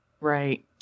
Right